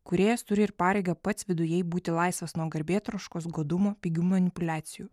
kūrėjas turi ir pareigą pats vidujai būti laisvas nuo garbėtroškos godumo pigių manipuliacijų